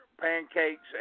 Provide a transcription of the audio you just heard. pancakes